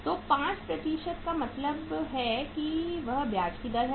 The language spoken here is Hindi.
तो 5 का मतलब है कि यह ब्याज की दर है